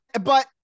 But-